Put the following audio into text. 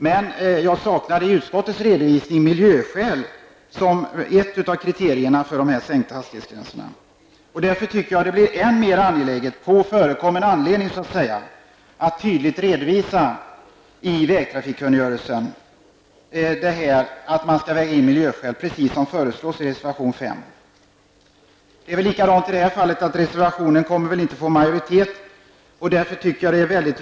Men jag saknar i utskottets redovisning miljöskäl som ett av kriterierna för sänkta hastighetsgränser. Därför tycker jag att det blir än mer angeläget att på förekommen anledning så att säga tydliget redovisa i vägtrafikkungörelsen att man skall väga in miljöhänsyn, precis som föreslås i reservation 5. Det är likadant i detta fall. Reservationen kommer väl inte att få stöd av någon majoritet.